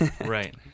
Right